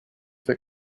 that